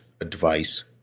advice